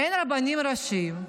אין רבנים ראשיים,